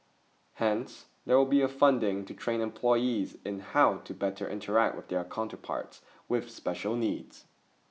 hence there will be a funding to train employees in how to better interact with their counterparts with special needs